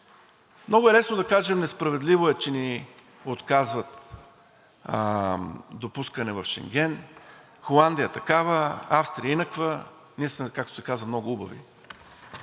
Много е лесно да кажем: несправедливо е, че ни отказват допускане в Шенген. Холандия такава, Австрия инаква, ние сме, както се казва, много убави.